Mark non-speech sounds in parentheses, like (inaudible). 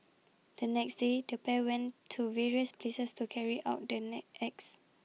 the next day the pair went to various places to carry out the (unintelligible) acts